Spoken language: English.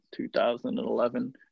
2011